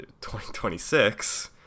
2026